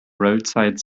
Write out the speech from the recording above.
roadside